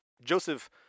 Joseph